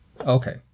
Okay